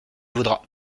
voudra